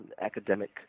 academic